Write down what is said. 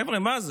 חבר'ה, מה זה?